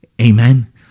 Amen